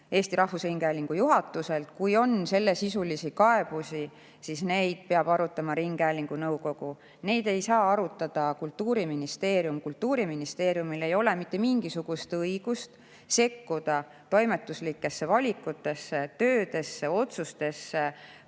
Eesti Rahvusringhäälingu juhatuselt. Kui on sellesisulisi kaebusi, siis peab neid arutama ringhäälingu nõukogu, neid ei saa arutada Kultuuriministeerium. Kultuuriministeeriumil ei ole mitte mingisugust õigust sekkuda toimetuslikesse valikutesse, töödesse, otsustesse,